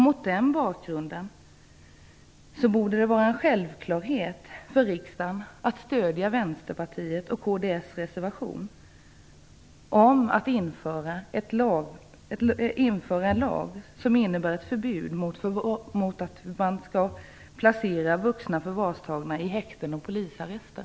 Mot den bakgrunden borde det vara en självklarhet för riksdagen att stödja Vänsterpartiets och kds reservation om att införa en lag som innebär ett förbud mot att placera vuxna förvarstagna i häkten och polisarrester.